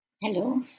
Hello